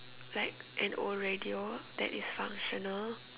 like an old radio that is functional